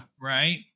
Right